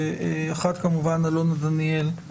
האחת, כמובן, אלונה דניאל,